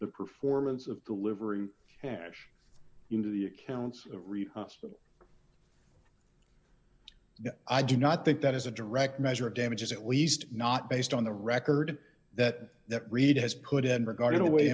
the performance of the livery cash into the accounts of reed hospital i do not think that is a direct measure of damages at least not based on the record that that reed has put in regarding a way